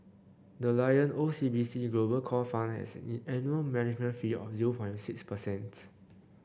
the Lion O C B C Global Core Fund has an annual management fee of zero point six per cents